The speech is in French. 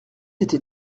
était